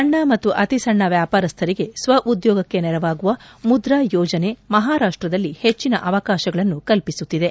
ಸಣ್ಣ ಮತ್ತು ಅತಿ ಸಣ್ಣ ವ್ಯಾಪಾರಸ್ಥರಿಗೆ ಸ್ವಉದ್ಯೋಗಕ್ಕೆ ನೆರವಾಗುವ ಮುದ್ರಾ ಯೋಜನೆ ಮಹಾರಾಷ್ಟದಲ್ಲಿ ಹೆಚ್ಚಿನ ಅವಕಾಶಗಳನ್ನು ಕಲ್ಪಿಸುತ್ತಿದೆ